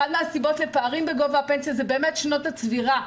אחת הסיבות לפערים בגובה הפנסיה זה באמת שנות הצבירה.